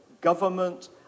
government